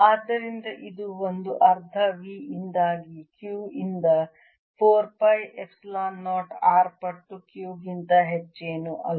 ಆದ್ದರಿಂದ ಇದು ಒಂದು ಅರ್ಧ V ಯಿಂದಾಗಿ Q ಯಿಂದ 4 ಪೈ ಎಪ್ಸಿಲಾನ್ 0 R ಪಟ್ಟು Q ಗಿಂತ ಹೆಚ್ಚೇನೂ ಅಲ್ಲ